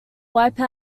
wipe